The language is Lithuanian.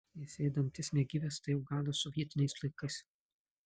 nes jei dantis negyvas tai jau galas sovietiniais laikais